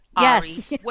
Yes